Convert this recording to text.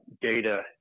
data